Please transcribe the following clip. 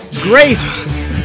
Graced